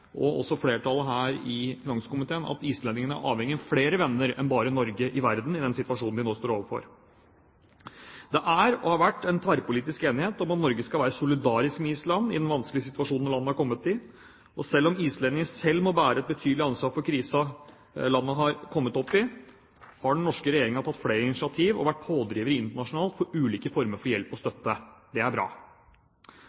og også flertallet i finanskomiteen – at islendingene er avhengig av flere venner i verden enn bare Norge i den situasjonen de nå står overfor. Det er, og har vært, en tverrpolitisk enighet om at Norge skal være solidarisk med Island i den vanskelige situasjonen landet er kommet i. Selv om islendingene selv må bære et betydelig ansvar for krisen som landet har kommet opp i, har den norske regjeringen tatt flere initiativ og vært pådrivere internasjonalt for ulike former for hjelp og